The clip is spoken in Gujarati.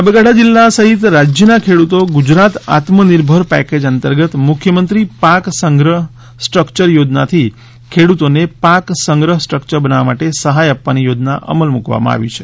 સાબરકાંઠા જિલ્લા સહિત રાજ્યના ખેડૂતો ગુજરાત આત્મ નિર્ભર પેકેજ અંતર્ગત મુખ્યમંત્રી પાક સંગ્રહ સ્ટ્રકચર યોજનાથી ખેડૂતોને પાક સંગ્રહ સ્ટ્રક્ચર બનાવવા માટે સહાય આપવાની યોજના અમલમાં મૂકવામાં આવી છે